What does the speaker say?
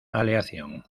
aleación